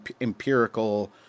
empirical